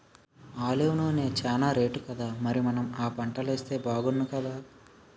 olive నూనె చానా రేటుకదా మరి మనం ఆ పంటలేస్తే బాగుణ్ణుకదా